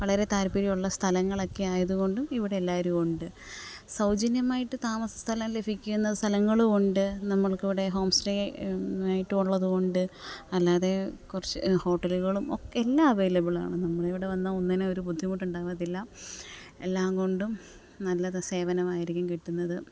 വളരെ താല്പര്യമുള്ള സ്ഥലങ്ങളൊക്കെ ആയത് കൊണ്ടും ഇവിടെ എല്ലാവരുമുണ്ട് സൗജന്യമായിട്ട് താമസ സ്ഥലം ലഭിക്കുന്ന സ്ഥലങ്ങളുമുണ്ട് നമ്മൾക്കിവിടെ ഹോം സ്റ്റേയ് ആയിട്ടുള്ളതുമുണ്ട് അല്ലാതെ കുറച്ച് ഹോട്ടലുകളും ഒക്കെ എല്ലാം അവൈലബിളാണ് നമ്മളിവിടെ വന്നാൽ ഒന്നിനും ഒരു ബുദ്ധിമുട്ടുണ്ടാവത്തില്ല എല്ലാം കൊണ്ടും നല്ല സേവനമായിരിക്കും കിട്ടുന്നത്